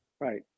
Right